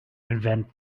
invent